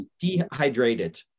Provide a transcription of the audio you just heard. dehydrated